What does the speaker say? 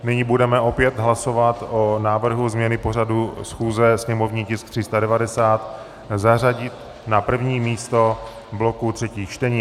Nyní budeme opět hlasovat o návrhu změny pořadu schůze, sněmovní tisk 390 zařadit na první místo bloku třetích čtení.